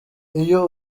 iyo